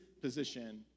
position